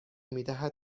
میدهد